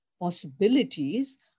possibilities